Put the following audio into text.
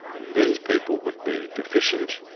these people would be deficient,